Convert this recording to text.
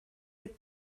would